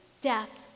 death